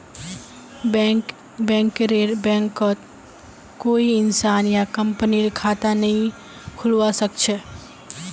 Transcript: बैंकरेर बैंकत कोई इंसान या कंपनीर खता नइ खुलवा स ख छ